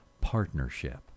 Partnership